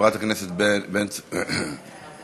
חברת הכנסת בן ארי.